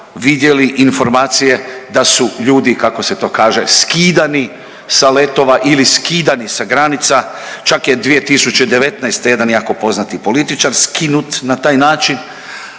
vidjeli informacije da su ljudi kako se to kaže skidani sa letova ili skidani sa granica, čak je 2019. jedan jako poznati političar skinut na taj način,